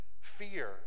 fear